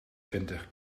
twintig